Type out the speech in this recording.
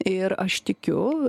ir aš tikiu